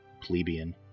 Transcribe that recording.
plebeian